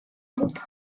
thought